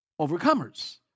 overcomers